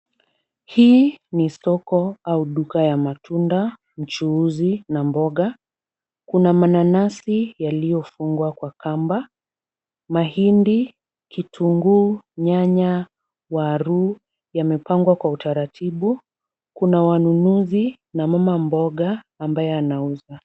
Hii ni soko au duka ya matunda, mchuuzi na mboga. Kuna mananasi yaliyofungwa kwa kamba, mahindi, kitunguu, nyanya, waru yamepangwa kwa utaratibu. Kuna wanunuzi na mamamboga ambaye anauza.